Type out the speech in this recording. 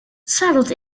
settled